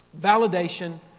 Validation